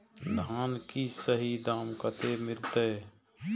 धान की सही दाम कते मिलते?